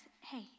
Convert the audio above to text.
hey